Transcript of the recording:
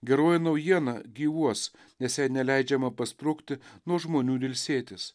geroji naujiena gyvuos nes jai neleidžiama pasprukti nuo žmonių ir ilsėtis